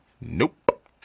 Nope